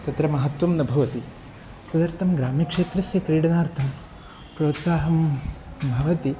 तत्र महत्त्वं न भवति तदर्थं ग्राम्यक्षेत्रस्य क्रीडनार्थं प्रोत्साहं भवति